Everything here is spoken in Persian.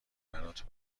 برات